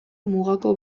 mugako